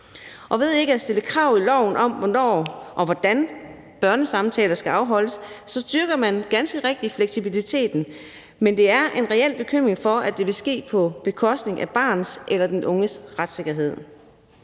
Ved ikke at stille krav i loven om, hvornår og hvordan børnesamtaler skal afholdes, styrker man ganske rigtigt fleksibiliteten, men der er en reel bekymring for, at det vil ske på bekostning af barnets eller den unges retssikkerhed